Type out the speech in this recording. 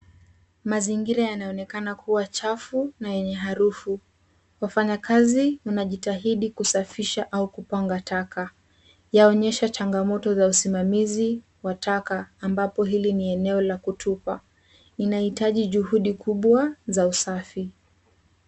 Mazingira yaonekana kuwa chafu na yenye harufu. Wafanyakazi wanajitahidi kusafisha au kupanga taka. Yaonyesha changamoto za usimamizi wa taka ambapo hili ni eneo la kutupa. Inahitaji juhudi kubwa za usafi.